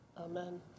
Amen